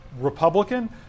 Republican